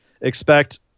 Expect